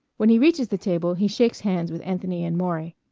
when he reaches the table he shakes hands with anthony and maury.